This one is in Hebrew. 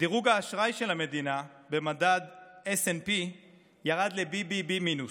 דירוג האשראי של המדינה במדד S&P ירד ל-BBB מינוס,